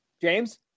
James